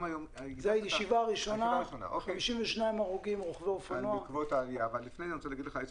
אדוני היושב-ראש, אני רוצה לברך אותך על התפקיד.